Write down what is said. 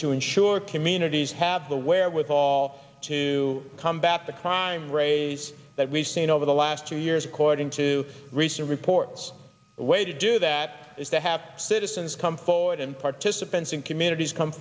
to ensure communities have the wherewithal to combat the crime raise that we've seen over the last two years according to recent reports a way to do that is to have citizens come forward and participants in communities come